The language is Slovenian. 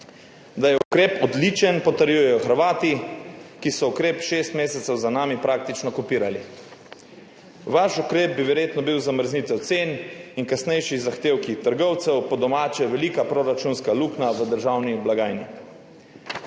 Da je ukrep odličen, potrjujejo Hrvati, ki so ukrep šest mesecev za nami praktično kopirali. Vaš ukrep bi verjetno bil zamrznitev cen in kasnejši zahtevki trgovcev, po domače velika proračunska luknja v državni blagajni.